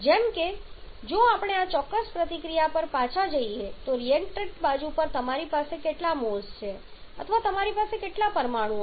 જેમ કે જો આપણે આ ચોક્કસ પ્રતિક્રિયા પર પાછા જઈએ તો રિએક્ટન્ટ બાજુ પર તમારી પાસે કેટલા મોલ્સ છે અથવા તમારી પાસે કેટલા પરમાણુઓ છે